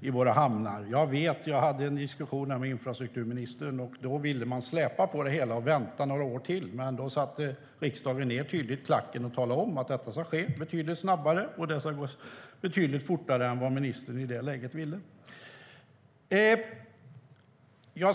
i våra hamnar. Jag hade en diskussion om det med infrastrukturministern, som ville dra ut på det hela och vänta några år till. Då satte riksdagen tydligt ned foten och talade om att det måste gå betydligt snabbare än vad ministern i det läget ville.